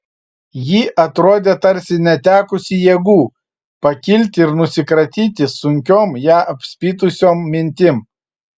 ji atrodė tarsi netekusi jėgų pakilti ir nusikratyti sunkiom ją apspitusiom mintim